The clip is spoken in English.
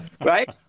Right